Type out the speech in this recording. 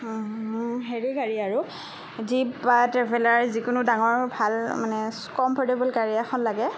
হেৰি গাড়ী আৰু জীপ বা ট্ৰেভেলাৰ যিকোনো ডাঙৰ ভাল মানে কমফৰ্টেবল গাড়ী এখন লাগে